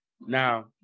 Now